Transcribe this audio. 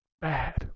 bad